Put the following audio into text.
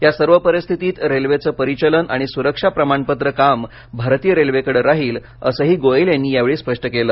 या सर्व परिस्थितीत रेल्वेचं परिचलन आणि सुरक्षा प्रमाणपत्र काम भारतीय रेल्वेकडे राहील असंही गोयल यांनी यावेळी स्पष्ट केलं